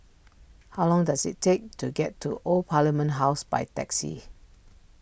how long does it take to get to Old Parliament House by taxi